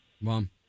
Mom